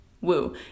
Woo